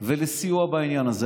להבראתו ולסיוע בעניין הזה,